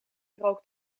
rook